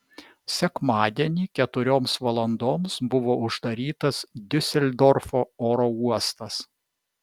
sekmadienį keturioms valandoms buvo uždarytas diuseldorfo oro uostas